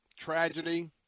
Tragedy